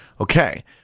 Okay